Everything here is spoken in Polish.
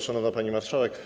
Szanowna Pani Marszałek!